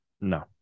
No